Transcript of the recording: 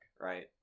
Right